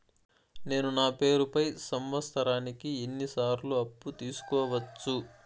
నేను నా పేరుపై సంవత్సరానికి ఎన్ని సార్లు అప్పు తీసుకోవచ్చు?